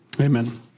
amen